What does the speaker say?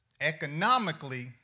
economically